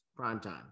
primetime